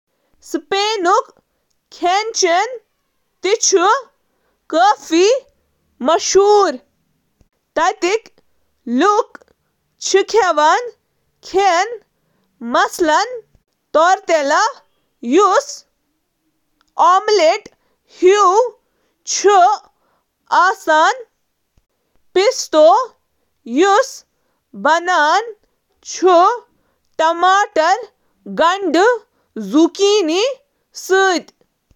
ہسپانوی کھین چُھ پننہٕ تازٕ، علاقائی اجزاء، متحرک ذائقہٕ، تہٕ متنوع پکوان یتھ کٔنۍ زَن پیلا ,اکھ توٚملُک ڈِش, تپاس ,مختلف خوراکن ہنٛز لۄکچہٕ پلیٹہٕ,، ٹورٹیلا ڈی پاٹاٹاس ,ہسپانوی آملیٹ، گیزپاکو ,کولڈ ٹماٹر soup, jamon iberico ,cured ham, تہٕ کروکیٹس ,روٹی تہٕ تٔلتھ کروکیٹس ، سٲری زیتون کس تیل، لہسن، تہٕ تازٕ جڑی بوٹین یتھ کٔنۍ گلاب تہٕ اوریگانو پیٹھ واریہ زیادٕ انحصار کران۔